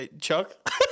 Chuck